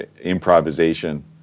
improvisation